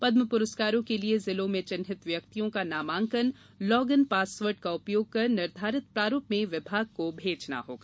पद्म पुरस्कारों के लिए जिलों में चिन्हित व्यक्तियों का नामांकन लॉग इन पासवर्ड का उपयोग कर निर्धारित प्रारूप में विभाग को भेजना होगा